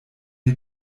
die